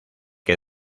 que